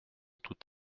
tout